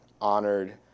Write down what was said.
honored